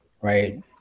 right